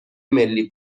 ملی